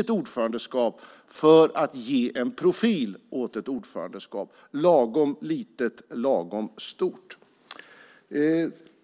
ett ordförandeskap för att ge en profil åt ett ordförandeskap, lagom litet, lagom stort.